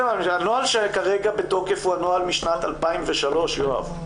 הנוהל שכרגע בתוקף הוא הנוהל משנת 2003, יואב.